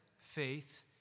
faith